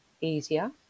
easier